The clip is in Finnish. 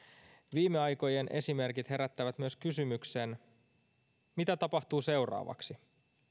viime aikojen esimerkit herättävät myös kysymyksen mitä tapahtuu seuraavaksi